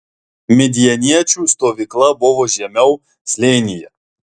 midjaniečių stovykla buvo žemiau slėnyje